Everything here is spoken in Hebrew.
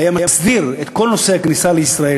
זה היה מסדיר את כל נושא הכניסה לישראל,